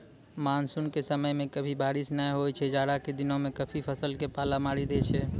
monsoon के समय मॅ कभी बारिश नाय होय छै, जाड़ा के दिनों मॅ कभी फसल क पाला मारी दै छै